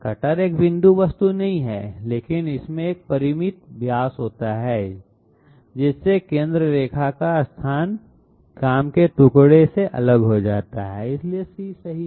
cutter एक बिंदु वस्तु नहीं है लेकिन इसमें एक परिमित व्यास होता है जिससे केंद्र रेखा का स्थान काम के टुकड़े से अलग हो जाता है इसलिए C सही है